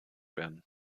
werden